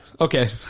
okay